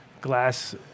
glass